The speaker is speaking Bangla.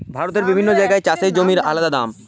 ভারতের বিভিন্ন জাগায় চাষের জমির আলদা দাম